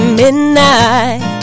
midnight